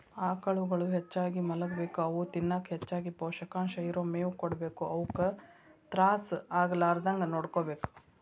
ಆಕಳುಗಳು ಹೆಚ್ಚಾಗಿ ಮಲಗಬೇಕು ಅವು ತಿನ್ನಕ ಹೆಚ್ಚಗಿ ಪೋಷಕಾಂಶ ಇರೋ ಮೇವು ಕೊಡಬೇಕು ಅವುಕ ತ್ರಾಸ ಆಗಲಾರದಂಗ ನೋಡ್ಕೋಬೇಕು